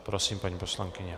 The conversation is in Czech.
Prosím, paní poslankyně.